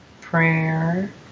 prayer